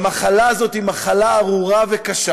המחלה הזאת היא מחלה ארורה וקשה,